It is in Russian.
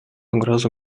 угрозу